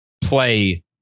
play